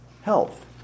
health